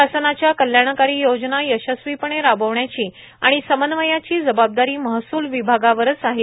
शासनाच्या कल्याणकारी योजना यशस्वीपणे राबविण्याची आणि समन्वयाची जबाबदारी महस्ल विभागावरच आहे